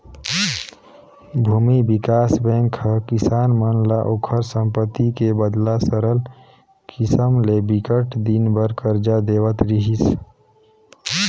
भूमि बिकास बेंक ह किसान मन ल ओखर संपत्ति के बदला सरल किसम ले बिकट दिन बर करजा देवत रिहिस